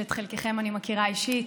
שאת חלקכם אני מכירה אישית,